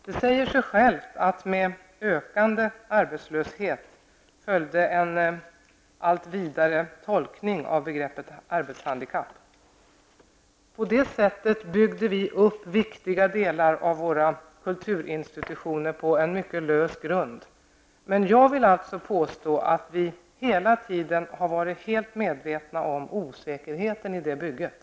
Det säger sig självt att med ökad arbetslöshet följde en allt vidare tolkning av begreppet arbetshandikapp. På det sättet byggde vi upp viktiga delar av våra kulturinstitutioner på en mycket lös grund. Men jag vill påstå att vi hela tiden har varit helt medvetna om osäkerheten i det bygget.